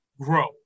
grow